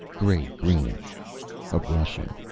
gray-green. a russian.